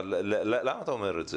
אבל למה אתה אומר את זה?